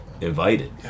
invited